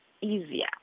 easier